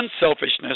unselfishness